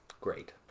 Great